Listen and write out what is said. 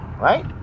right